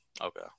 okay